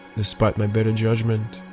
despite my better judgment,